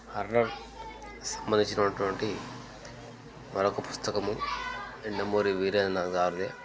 horror cinema తీసినటువంటి మరొక పుస్తకము యండమూరి వీరేంద్రనాథ్ గారిదే